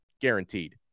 guaranteed